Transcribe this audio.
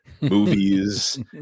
movies